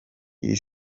iri